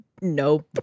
No